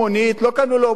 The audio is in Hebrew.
לא קנו לו משאית,